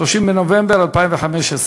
30 בנובמבר 2015,